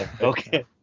okay